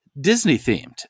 Disney-themed